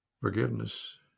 forgiveness